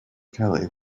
kelly